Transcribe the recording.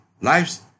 lives